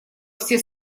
все